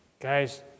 Guys